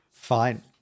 Fine